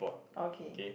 okay